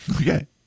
Okay